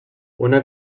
una